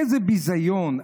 איזה ביזיון.